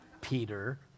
Peter